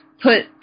put